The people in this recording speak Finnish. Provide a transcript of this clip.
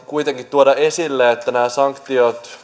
kuitenkin tuoda esille että nämä sanktiot